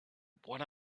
what